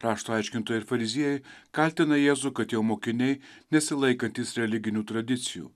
rašto aiškintojai ir fariziejai kaltina jėzų kad jo mokiniai nesilaikantys religinių tradicijų